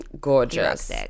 gorgeous